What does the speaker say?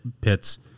pits